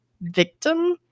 victim